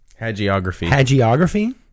Hagiography